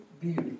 beauty